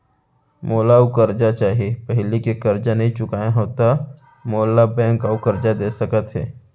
मोला अऊ करजा चाही पहिली के करजा नई चुकोय हव त मोल ला बैंक अऊ करजा दे सकता हे?